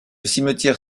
cimetière